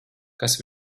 kas